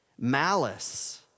Malice